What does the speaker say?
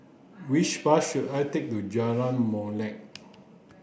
which bus should I take to Jalan Molek